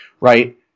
Right